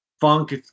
funk